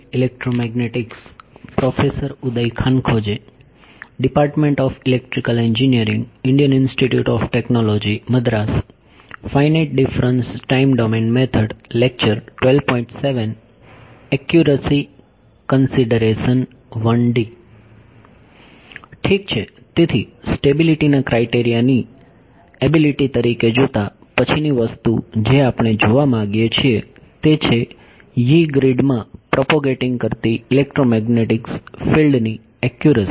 ઠીક છે તેથી સ્ટેબિલિટી ના ક્રાઇટેરિયા ની એબીલીટી તરીકે જોતાં પછીની વસ્તુ જે આપણે જોવા માંગીએ છીએ તે છે Yee ગ્રીડમાં પ્રોપોગેટિંગ કરતી ઇલેક્ટ્રોમેગ્નેટિક ફિલ્ડની એક્યુરસી